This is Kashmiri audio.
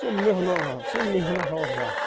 سُہ محنت حظ سُہ محنت حظ چھِ اتھ